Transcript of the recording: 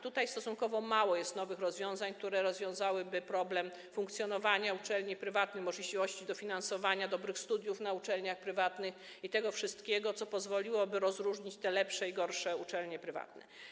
Tutaj stosunkowo mało jest nowych rozwiązań, które rozwiązałyby problem funkcjonowania uczelni prywatnych i oczywiście możliwości dofinansowania dobrych studiów na uczelniach prywatnych, i tego wszystkiego, co pozwoliłoby rozróżnić te lepsze i gorsze uczelnie prywatne.